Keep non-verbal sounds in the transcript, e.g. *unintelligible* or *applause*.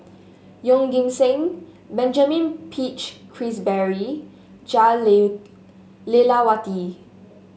Yeoh Ghim Seng Benjamin Peach Keasberry Jah *unintelligible* Lelawati